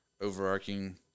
overarching